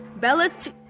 Bella's